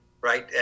right